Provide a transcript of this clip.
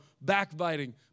backbiting